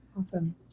Awesome